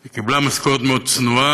היא קיבלה משכורת מאוד צנועה.